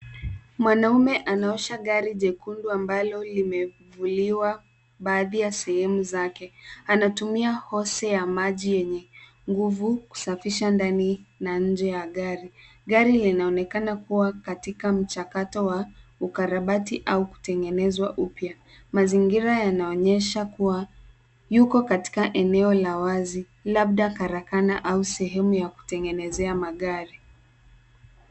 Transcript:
Mwanaume anaosha gari jekundu ambalo limevuliwa baadhi ya sehemu zake. Anatumia hose ya maji yenye nguvu, kusafisha ndani na nje ya gari. Gari linaonekana kuwa katika mchakato wa ukarabati au kutengeneza upya. Mazingira yanaonyesha kuwa, yuko katika eneo la wazi, labda karakana au sehemu ya kutengeneza magari.